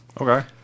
Okay